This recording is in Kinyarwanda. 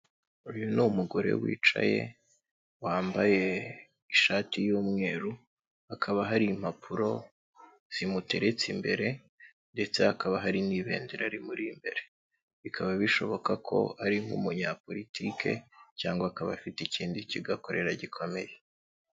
Uyu ni umugore wicaye wambaye ishati y'umweru, hakaba hari impapuro zimuteretse imbere ndetse hakaba hari n'ibendera rimuri imbere, bikaba bishoboka ko ari nk'umunyapolitike cyangwa akaba afite ikindi kigo akorera gikomeye.